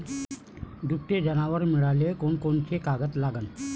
दुभते जनावरं मिळाले कोनकोनचे कागद लागन?